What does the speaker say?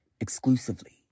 exclusively